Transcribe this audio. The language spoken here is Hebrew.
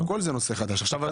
הכול זה נושא חדש.